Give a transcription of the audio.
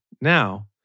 Now